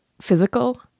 physical